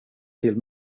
till